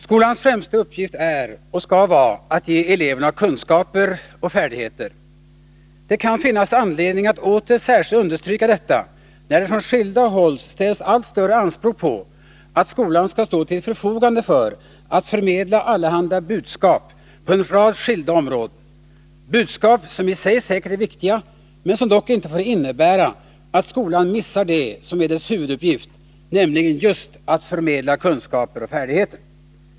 Herr talman! Skolans främsta uppgift är och skall vara att ge eleverna kunskaper och färdigheter. Det kan finnas anledning att åter särskilt understryka detta, när det från skilda håll ställs allt större anspråk på att skolan skall stå till förfogande för att förmedla allehanda budskap på en rad skilda områden — budskap som i sig säkert är viktiga, men som dock inte får innebära att skolan missar det som är dess huvuduppgift, nämligen just att förmedla kunskaper och färdigheter.